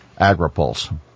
AgriPulse